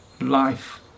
life